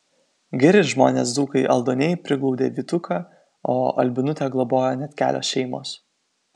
geri žmonės dzūkai aldoniai priglaudė vytuką o albinutę globojo net kelios šeimos